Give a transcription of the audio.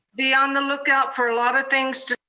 be on the lookout for a lot of things to.